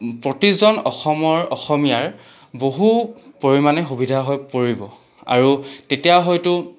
প্ৰতিজন অসমৰ অসমীয়াৰ বহু পৰিমাণে সুবিধা হৈ পৰিব আৰু তেতিয়া হয়তো